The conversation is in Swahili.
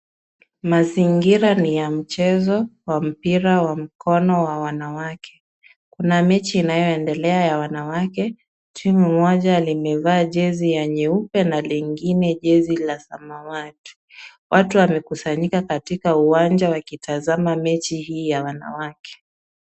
Mazingira ni ya mchezo wa mpira wa mkono wa wanawake. Kuna mechi inayoendelea ya wanawake. Timu moja imevaa jezi ya nyeupe na nyingine jezi ya samawati. Watu wamekusanyika katika uwanja wakitazama mechi hii ya wanawake.